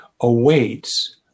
awaits